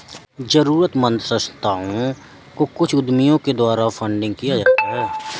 जरूरतमन्द संस्थाओं को कुछ उद्यमियों के द्वारा फंडिंग किया जाता है